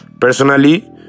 Personally